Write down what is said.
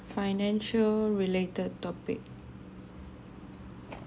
financial related topic